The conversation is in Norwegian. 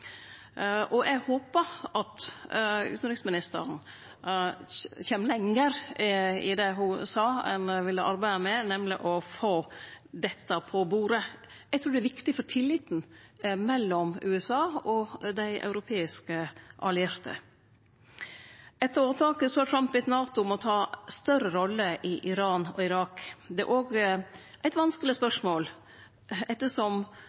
Eg håpar at utanriksministeren kjem lenger i det ho sa at ein ville arbeide med, nemleg å få dette på bordet. Eg trur det er viktig for tilliten mellom USA og dei europeiske allierte. Etter åtaket har Trump bedt NATO om å ta ei større rolle i Iran og Irak. Det er òg eit vanskeleg